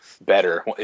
Better